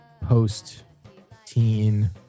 post-teen